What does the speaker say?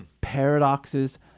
Paradoxes